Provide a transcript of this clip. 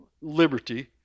liberty